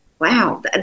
wow